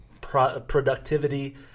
productivity